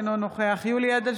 אינו נוכח יולי יואל אדלשטיין,